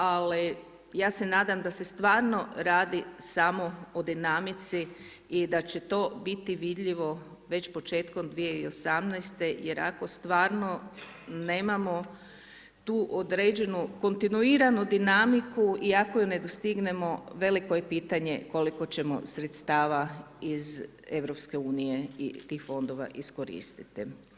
Ali ja se nadam da se stvarno radi samo o dinamici i da će to biti vidljivo već početkom 2018. jer ako stvarno nemamo tu određenu kontinuiranu dinamiku i ako ju ne dostignemo veliko je pitanje koliko ćemo sredstava iz EU i tih fondova iskoristiti.